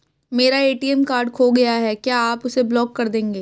मेरा ATM card खो गया है क्या आप उसे ब्लॉक कर देंगे?